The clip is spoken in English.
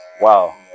Wow